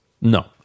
No